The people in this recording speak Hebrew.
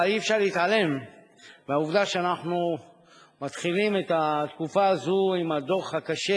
אבל אי-אפשר להתעלם מהעובדה שאנחנו מתחילים את התקופה הזאת עם הדוח הקשה